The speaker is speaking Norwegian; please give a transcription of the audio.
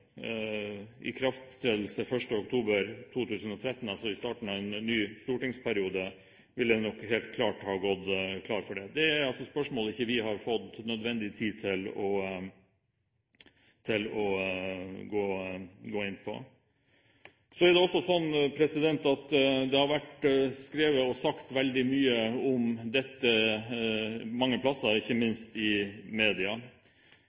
ved ikrafttredelse 1. oktober 2013 – altså ved starten av en ny stortingsperiode – ville en nok helt klart ha gått klar av det. Det er altså spørsmål vi ikke har fått nødvendig tid til å gå inn på. Så er det også sånn at det har vært skrevet og sagt veldig mye om dette mange steder, ikke minst i media.